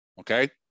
Okay